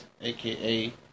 aka